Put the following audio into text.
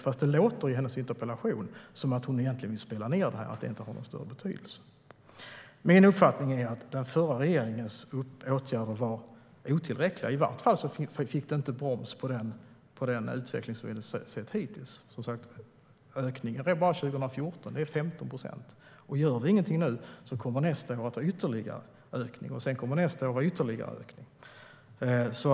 Men det låter i hennes interpellation som att hon egentligen vill spela ned det och menar att det inte har någon större betydelse. Min uppfattning är att den förra regeringens åtgärder var otillräckliga. I vart fall blev det inte broms på den utveckling som vi har sett hittills. Ökningen 2014 är 15 procent. Gör vi inget nu kommer det en ytterligare ökning nästa år och året efter en ytterligare ökning.